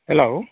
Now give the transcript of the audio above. hello